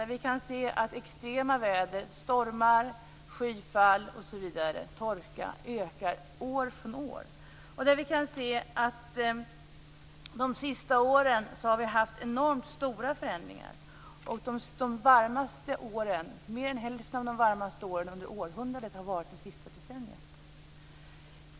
Vi kan se att extrema väder - stormar, skyfall, torka osv. - ökar år från år. Under de sista åren har vi haft enormt stora förändringar, och mer än hälften av de varmaste åren under århundradet har förekommit det sista decenniet.